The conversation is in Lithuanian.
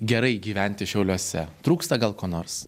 gerai gyventi šiauliuose trūksta gal ko nors